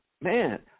man